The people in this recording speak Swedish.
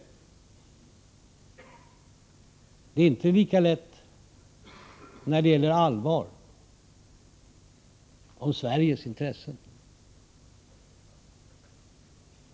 Men det är inte lika lätt när det gäller allvar om Sveriges intressen.